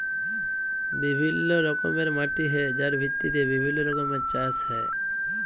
বিভিল্য রকমের মাটি হ্যয় যার ভিত্তিতে বিভিল্য রকমের চাস হ্য়য়